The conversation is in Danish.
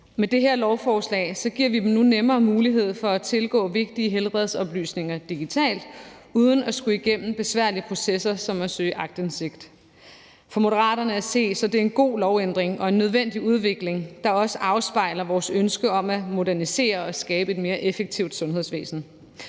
Med det her lovforslag giver vi dem nu nemmere mulighed for at tilgå vigtige helbredsoplysninger digitalt uden at skulle igennem besværlige processer som at søge aktindsigt. For Moderaterne at se er det en god lovændring og en nødvendig udvikling, der også afspejler vores ønske om at modernisere og skabe et mere effektivt sundhedsvæsen.